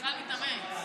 בתחילת הדרך.